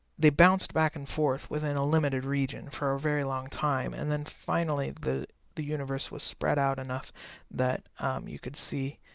bounced back and forth within a limited region for a very long time, and then finally the the universe was spread out enough that you could see